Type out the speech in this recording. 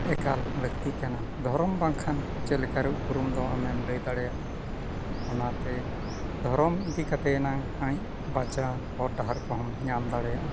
ᱮᱠᱟᱞ ᱞᱟᱹᱠᱛᱤ ᱠᱟᱱᱟ ᱫᱷᱚᱨᱚᱢ ᱵᱟᱝᱠᱷᱟᱱ ᱪᱮᱫ ᱞᱮᱠᱟᱨᱮ ᱩᱯᱨᱩᱢ ᱫᱚ ᱟᱢᱮᱢ ᱞᱟᱹᱭ ᱫᱟᱲᱮᱭᱟᱜᱼᱟ ᱚᱱᱟᱛᱮ ᱫᱷᱚᱨᱚᱢ ᱤᱫᱤ ᱠᱟᱛᱮᱫ ᱮᱱᱟᱝ ᱵᱟᱧᱪᱟᱣ ᱦᱚᱨᱼᱰᱟᱦᱟᱨ ᱠᱚᱦᱚᱢ ᱧᱟᱢ ᱫᱟᱲᱮᱭᱟᱜᱼᱟ